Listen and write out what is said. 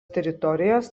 teritorijos